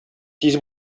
тиз